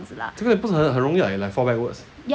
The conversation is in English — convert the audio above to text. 这个不是很容易 like fall backwards